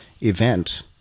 event